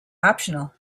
optional